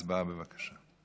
הצבעה, בבקשה.